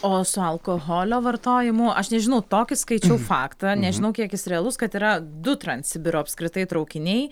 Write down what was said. o su alkoholio vartojimu aš nežinau tokį skaičiau faktą nežinau kiek jis realus kad yra du transsibiro apskritai traukiniai